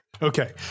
Okay